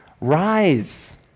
Rise